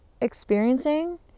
experiencing